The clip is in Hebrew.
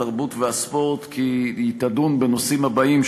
התרבות והספורט כי היא תדון בנושאים הבאים,